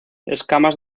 escamas